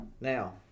Now